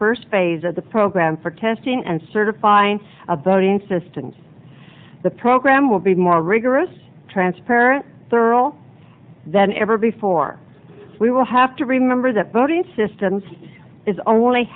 first phase of the program for testing and certifying of voting systems the program will be more rigorous transparent thurl than ever before we will have to remember that voting systems is only